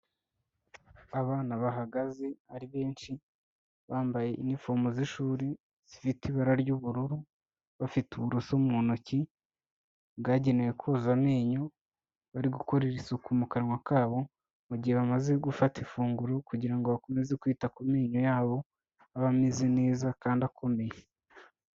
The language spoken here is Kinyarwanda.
Abana bahagaze ari benshi, bambaye inifomo z'ishuri zifite ibara ry'ubururu, bafite uburoso mu ntoki bwagenewe koza amenyo, bari gukorera isuku mu kanwa kabo mu gihe bamaze gufata ifunguro kugira ngo bakomeze kwita ku menyo yabo, abe ameze neza kandi akomeye.